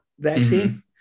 vaccine